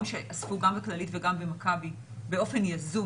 שאספו גם בכללית וגם במכבי באופן יזום,